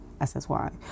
ssy